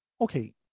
okay